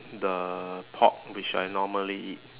the pork which I normally eat